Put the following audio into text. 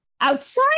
outside